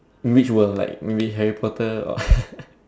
in which world like maybe Harry-Potter or